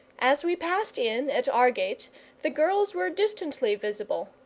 as we passed in at our gate the girls were distantly visible,